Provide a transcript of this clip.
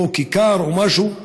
כיכר או משהו?